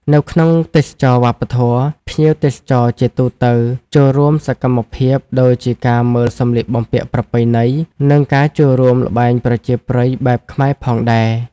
នៅក្នុងទេសចរណ៍វប្បធម៌ ភ្ញៀវទេសចរជាទូទៅចូលរួមសកម្មភាពដូចជាការមើលសម្លៀកបំពាក់ប្រពៃណី និងការចូលរួមល្បែងប្រជាប្រិយបែបខ្មែរផងដែរ។